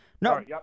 No